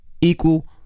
equal